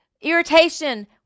irritation